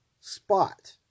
spot